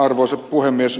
arvoisa puhemies